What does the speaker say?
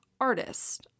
artist